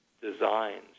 Designs